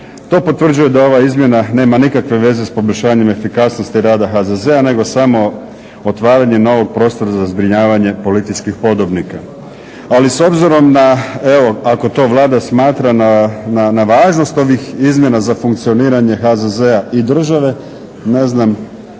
To potvrđuje da ova izmjena nema nikakve veze s poboljšanjem efikasnosti rada HZZ-a nego samo otvaranje novog prostora za zbrinjavanje političkih podobnika. Ali, s obzirom na evo ako to Vlada smatra na važnost ovih izmjena za funkcioniranje HZZ-a i države ne znam